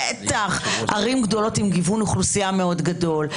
בטח ערים גדולות עם גיוון אוכלוסייה מאוד גדול,